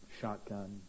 shotgun